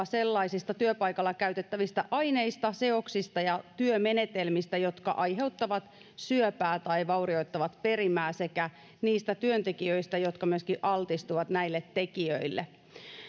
sellaisista työpaikalla käytettävistä aineista seoksista ja työmenetelmistä jotka aiheuttavat syöpää tai vaurioittavat perimää sekä niistä työntekijöistä jotka myöskin altistuvat näille tekijöille